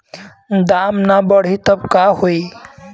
दाम ना बढ़ी तब का होई